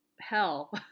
hell